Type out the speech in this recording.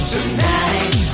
Tonight